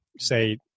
say